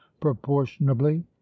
proportionably